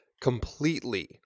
completely